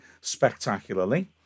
spectacularly